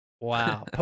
Wow